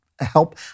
help